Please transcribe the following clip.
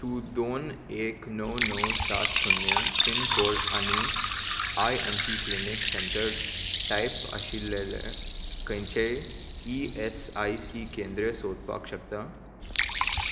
तूं दोन एक णव णव सात शुन्य पिनकोड आनी I M P clinic centre type आशिल्लें खंयचेंय इ एस आय सी केंद्र सोदपाक शकता